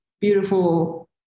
beautiful